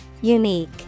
Unique